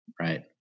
Right